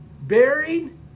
buried